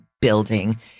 building